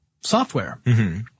software